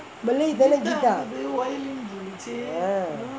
malay தானே:thaanae guitar eh